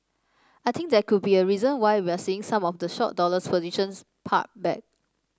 I think that could be a reason why we're seeing some of the short dollar positions pared back